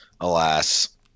Alas